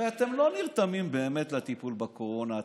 הרי אתם לא נרתמים באמת לטיפול בקורונה,